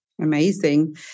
Amazing